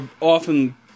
often